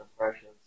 impressions